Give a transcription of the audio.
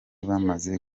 bamaze